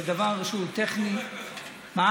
זה דבר שהוא טכני, אני תומך בך.